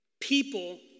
People